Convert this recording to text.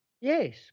Yes